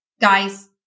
guys